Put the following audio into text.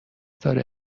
داره